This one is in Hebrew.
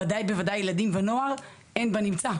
בוודאי ובוודאי ילדים ונוער אין בנמצא.